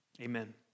Amen